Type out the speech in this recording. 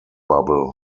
bubble